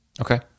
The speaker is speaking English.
Okay